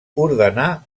ordenà